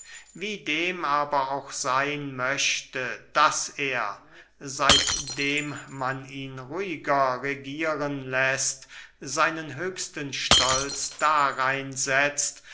wie dem aber auch seyn möchte daß er seitdem man ihn ruhiger regieren läßt seinen höchsten stolz darein setzt